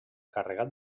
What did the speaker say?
carregat